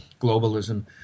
globalism